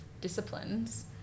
disciplines